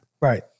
right